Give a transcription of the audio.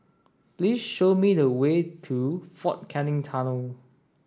please show me the way to Fort Canning Tunnel